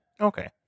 Okay